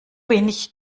wenig